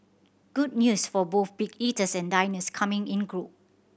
good news for both big eaters and diners coming in group